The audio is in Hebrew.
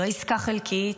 לא עסקה חלקית,